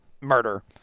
murder